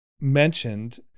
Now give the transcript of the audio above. mentioned